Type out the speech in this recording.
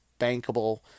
bankable